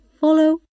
follow